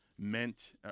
meant